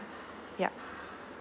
yup